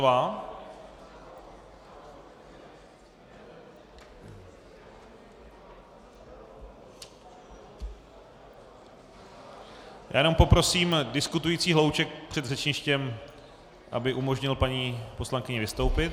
Já jenom poprosím diskutující hlouček před řečništěm, aby umožnil paní poslankyni vystoupit.